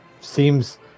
seems